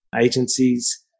agencies